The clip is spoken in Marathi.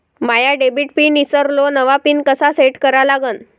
माया डेबिट पिन ईसरलो, नवा पिन कसा सेट करा लागन?